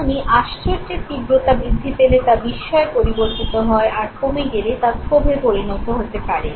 তেমনই আশ্চর্যের তীব্রতা বৃদ্ধি পেলে তা বিস্ময়ে পরিবর্তিত হয় আর কমে গেলে ক্ষোভে পরিণত হতে পারে